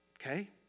okay